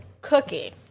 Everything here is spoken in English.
cookie